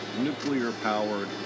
nuclear-powered